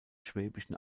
schwäbischen